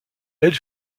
elle